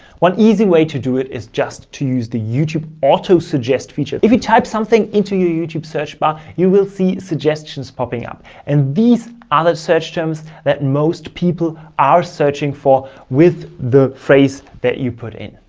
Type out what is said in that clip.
one easy way to do it is just to use the youtube auto suggest feature. if you type something into your youtube search bar, you will see suggestions popping up and these other search terms that most people are searching for with the phrase that you put in.